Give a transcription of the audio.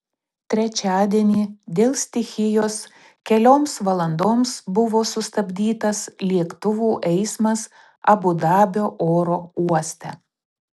trečiadienį dėl stichijos kelioms valandoms buvo sustabdytas lėktuvų eismas abu dabio oro uoste